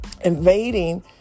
invading